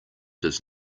does